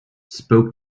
spoke